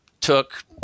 took